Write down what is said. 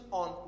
on